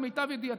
למיטב ידיעתי,